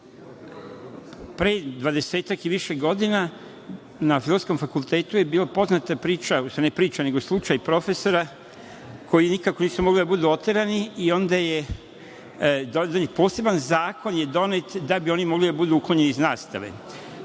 dvadestak i više godina na Filozofskom fakultetu je bila poznata priča, ne priča, nego slučaj profesora koji nikako nisu mogli biti oterani, i onda je donet poseban zakon da bi oni mogli biti uklonjeni iz nastave.